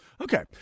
Okay